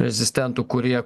rezistentų kurie